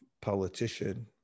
politician